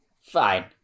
Fine